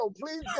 Please